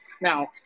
Now